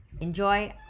enjoy